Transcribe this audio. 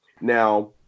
Now